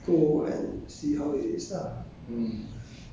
whatever he says is correct lor so just